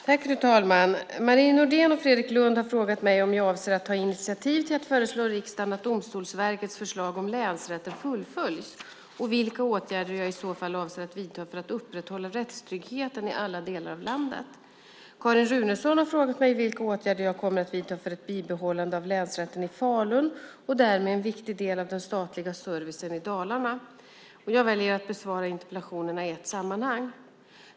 Fru talman! Marie Nordén och Fredrik Lundh har frågat mig om jag avser att ta initiativ till att föreslå riksdagen att Domstolsverkets förslag om länsrätter fullföljs och vilka åtgärder jag i så fall avser att vidta för att upprätthålla rättstryggheten i alla delar av landet. Carin Runesson har frågat mig vilka åtgärder jag kommer att vidta för ett bibehållande av länsrätten i Falun, och därmed en viktig del av den statliga servicen i Dalarna. Jag väljer att besvara interpellationerna i ett sammanhang.